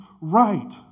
right